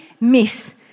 miss